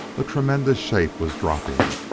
a tremendous shape was dropping.